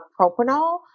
propanol